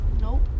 Nope